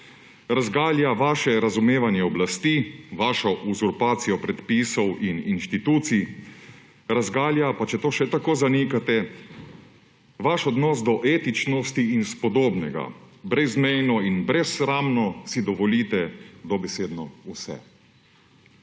Razgalja vaše razumevanje oblasti, vašo uzurpacijo predpisov in inštitucij, razgalja, pa če to še tako zanikate, vaš odnos do etičnosti in spodobnega. Brezmejno in brezsramno si dovolite dobesedno vse.